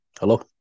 Hello